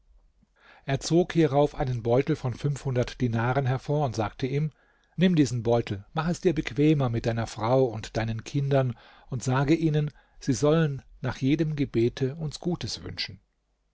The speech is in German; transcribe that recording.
er zog hierauf einen beutel von fünfhundert dinaren hervor und sagte ihm nimm diesen beutel mach es dir bequemer mit deiner frau und deinen kindern und sage ihnen sie sollen nach jedem gebete uns gutes wünschen